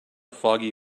foggy